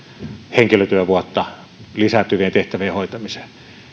henkilötyövuotta lisääntyvien tehtävien hoitamiseen